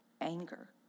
anger